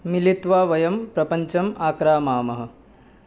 मिलित्वा वयं प्रपञ्चम् आक्रामामः